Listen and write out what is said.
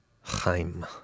Chaim